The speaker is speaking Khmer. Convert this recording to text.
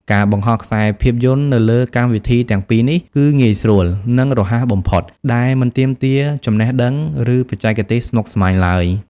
ការបង្ហោះខ្សែភាពយន្តនៅលើកម្មវិធីទាំងពីរនេះគឺងាយស្រួល និងរហ័សបំផុត ដែលមិនទាមទារចំណេះដឹង ឬបច្ចេកទេសស្មុគស្មាញឡើយ។